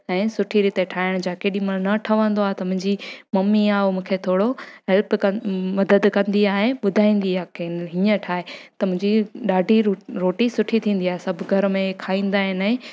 ऐं सुठी रीत ठाहिण जो केॾीमहिल न ठहंदो आहे त मुंहिंजी मम्मी आहे उहो मूंखे थोरो हैल्प कनि मददु कंदी आहे ॿुधाईंदी आहे कीअं हीअं ठाहे त मुंहिंजी ॾाढी रोटी सुठी थींदी आ्हे सभु घर में खाईंदा आहिनि